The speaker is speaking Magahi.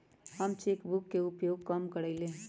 हम चेक बुक के उपयोग कम करइले